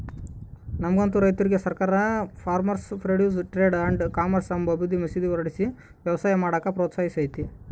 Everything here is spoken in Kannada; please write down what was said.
ನಮ್ಮಂತ ರೈತುರ್ಗೆ ಸರ್ಕಾರ farmers produce trade and commerce ಅಂಬ ಮಸೂದೆ ಹೊರಡಿಸಿ ವ್ಯವಸಾಯ ಮಾಡಾಕ ಪ್ರೋತ್ಸಹಿಸ್ತತೆ